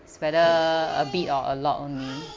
it's whether a bit or a lot only